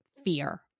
fear